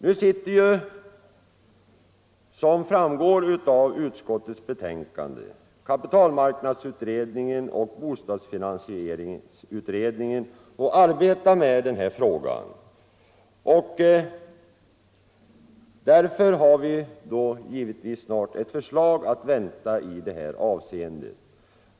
Nu arbetar ju, som framgår av utskottets betänkande, kapitalmarknadsutredningen och bostadsfinansieringsutredningen med den här frågan, och därför har vi snart ett förslag att vänta.